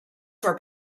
were